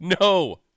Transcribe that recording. no